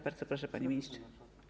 Bardzo proszę, panie ministrze.